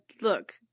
look